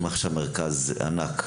הוא מקים עכשיו מרכז ענק,